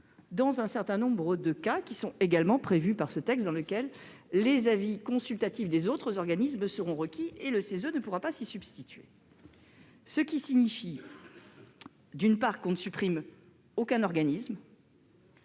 dans un certain nombre de cas qui sont également énumérés dans ce texte. Les avis consultatifs des autres organismes seront alors requis et le CESE ne pourra pas s'y substituer. Cela signifie, d'une part, que l'on ne supprime aucun organisme-